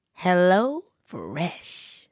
HelloFresh